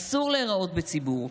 אסור להראות בציבור,